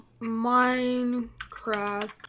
Minecraft